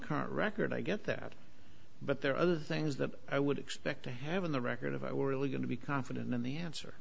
current record i get that but there are other things that i would expect to have in the record if i were really going to be confident in the answer